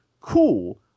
cool